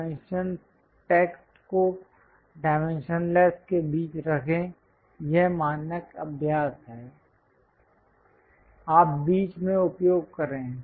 dimension text को dimensionless के बीच रखें यह मानक अभ्यास है आप बीच में उपयोग करें